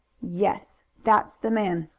yes. that's the man.